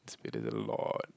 it's been a lot